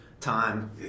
time